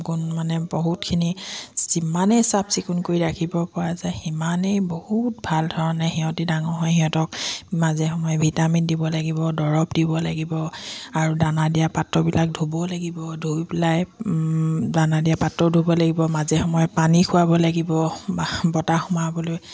গুণ মানে বহুতখিনি যিমানেই চাফ চিকুণ কৰি ৰাখিব পৰা যায় সিমানেই বহুত ভাল ধৰণে সিহঁত ডাঙৰ হয় সিহঁতক মাজে সময়ে ভিটামিন দিব লাগিব দৰৱ দিব লাগিব আৰু দানা দিয়া পাত্ৰবিলাক ধুবও লাগিব ধুই পেলাই দানা দিয়া পাত্ৰও ধুব লাগিব মাজে সময়ে পানী খোৱাব লাগিব বতাহ সোমাবলৈ